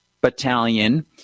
battalion